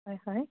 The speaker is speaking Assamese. হয় হয়